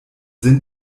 sind